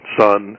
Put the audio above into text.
son